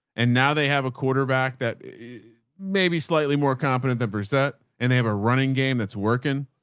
and now they have a quarterback that maybe slightly more competent than preset and they have a running game that's working.